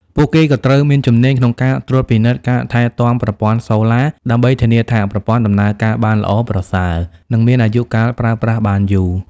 ពួកគេក៏ត្រូវមានជំនាញក្នុងការត្រួតពិនិត្យ ការថែទាំប្រព័ន្ធសូឡា ដើម្បីធានាថាប្រព័ន្ធដំណើរការបានល្អប្រសើរ និងមានអាយុកាលប្រើប្រាស់បានយូរ។